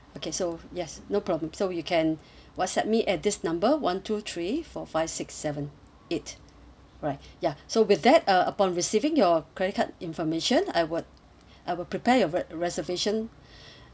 okay so yes no problem so you can whatsapp me at this number one two three four five six seven eight right ya so with that uh upon receiving your credit card information I will I will prepare your re~ reservation